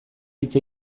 hitz